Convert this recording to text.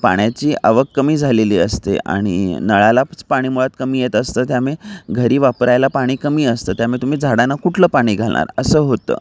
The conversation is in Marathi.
पाण्याची आवक कमी झालेली असते आणि नळालाच पाणी मुळात कमी येत असतं त्यामुळे घरी वापरायला पाणी कमी असतं त्यामुळे तुम्ही झाडांना कुठलं पाणी घालणार असं होतं